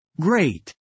Great